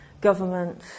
government